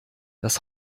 das